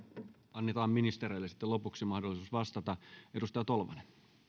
annetaan ministereille sitten lopuksi mahdollisuus vastata edustaja tolvanen